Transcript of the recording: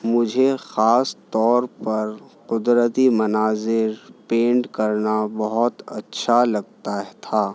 مجھے خاص طور پر قدرتی مناظر پینٹ کرنا بہت اچھا لگتا تھا